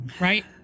Right